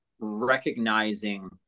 recognizing